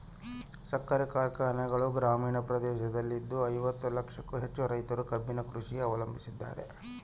ಸಕ್ಕರೆ ಕಾರ್ಖಾನೆಗಳು ಗ್ರಾಮೀಣ ಪ್ರದೇಶದಲ್ಲಿದ್ದು ಐವತ್ತು ಲಕ್ಷಕ್ಕೂ ಹೆಚ್ಚು ರೈತರು ಕಬ್ಬಿನ ಕೃಷಿ ಅವಲಂಬಿಸಿದ್ದಾರೆ